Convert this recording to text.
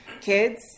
kids